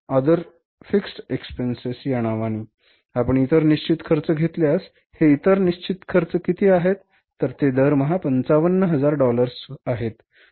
आपण इतर निश्चित खर्च घेतल्यास हे इतर निश्चित खर्च किती आहेत ते दरमहा 55000 डॉलर्स होते